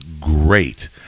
great